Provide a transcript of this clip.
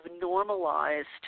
normalized